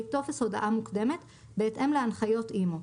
טופס הודעה מוקדמת בהתאם להנחיות אימ"ו.